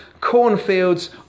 cornfields